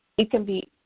it can be